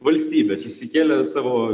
valstybės išsikėlę savo